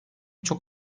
çok